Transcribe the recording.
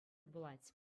пулать